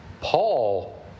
Paul